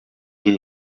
rue